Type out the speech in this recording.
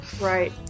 Right